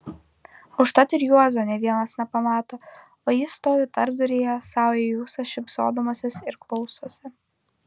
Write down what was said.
užtat ir juozo nė vienas nepamato o jis stovi tarpduryje sau į ūsą šypsodamasis ir klausosi